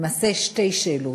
למעשה שתי שאלות: